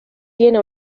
tiene